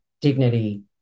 dignity